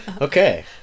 Okay